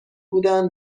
بودن